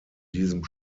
diesem